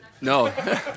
No